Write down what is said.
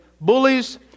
bullies